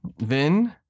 Vin